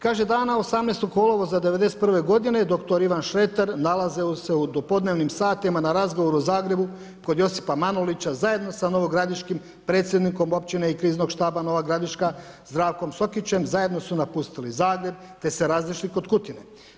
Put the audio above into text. Kaže dana 18. kolovoza '91. godine dr. Ivan Šreter nalazio se u dopodnevnim satima na razgovoru u Zagrebu kod Josipa Manulića zajedno sa novogradiškim predsjednikom općine i kriznog štaba Nova Gradiška Zdravkom Sokićem, zajedno su napustili Zagreb te se razišli kod Kutine.